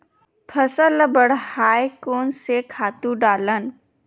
फसल ल बढ़ाय कोन से खातु डालन?